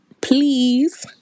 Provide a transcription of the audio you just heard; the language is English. Please